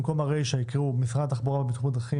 במקום הרישה יקראו "משרד התחבורה והבטיחות בדרכים